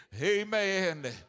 Amen